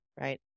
Right